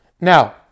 Now